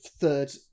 third